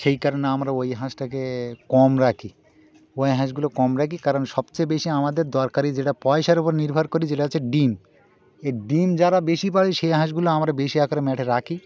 সেই কারণে আমরা ওই হাঁসটাকে কম রাখি ওই হাঁসগুলো কম রাখি কারণ সবচেয়ে বেশি আমাদের দরকারি যেটা পয়সার উপর নির্ভর করি যেটা হচ্ছে ডিম এই ডিম যারা বেশি পাড়ে সেই হাঁসগুলো আমরা বেশি আকারে ম্যাঠে রাখি